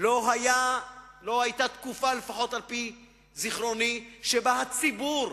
לא היתה תקופה, לפחות על-פי זיכרוני, שבה הציבור